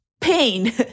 Pain